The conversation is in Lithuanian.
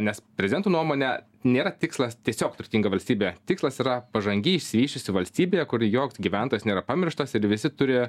nes prezidento nuomone nėra tikslas tiesiog turtinga valstybė tikslas yra pažangi išsivysčiusi valstybė kur joks gyventojas nėra pamirštas ir visi turi